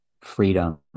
freedom